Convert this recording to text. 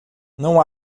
não